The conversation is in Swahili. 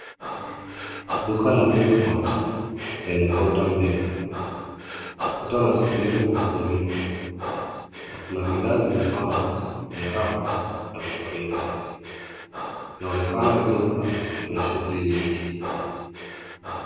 Duka la Quickmart, lenye kaunta mbili. Watu wanasubiri kuhudumiwa na kuna bidhaa zimepangwa, kwenye rafu, na vifriji. Inaonekana ni duka. yenye shughuli nyingi.